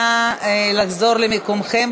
נא לחזור למקומותיכם.